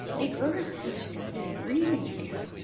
the earth has started breathing again.